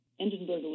Edinburgh